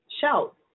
shout